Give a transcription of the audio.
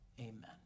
amen